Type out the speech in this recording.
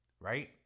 right